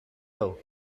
low